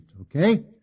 Okay